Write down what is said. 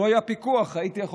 לו היה פיקוח הייתי יכול,